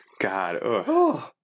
God